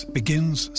begins